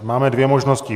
Máme dvě možnosti.